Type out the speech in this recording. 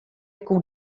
koe